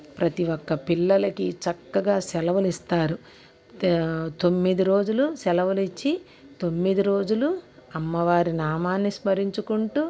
ప్రతీ ఒక్క పిల్లలకి చక్కగా సెలవులిస్తారు తొమ్మిది రోజులు సెలవులిచ్చి తొమ్మిది రోజులు అమ్మవారి నామాన్ని స్మరించుకుంటూ